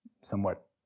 somewhat